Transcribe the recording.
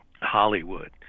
Hollywood